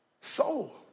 soul